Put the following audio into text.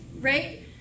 Right